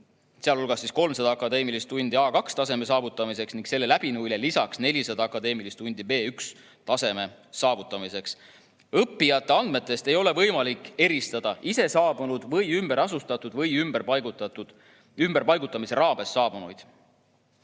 sealhulgas 300 akadeemilist tundi A2‑taseme saavutamiseks ning selle läbinuile lisaks 400 akadeemilist tundi B1‑taseme saavutamiseks. Õppijate andmetest ei ole võimalik eristada ise saabunuid või ümberasustatuid või ümberpaigutamise raames saabunuid.